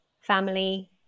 family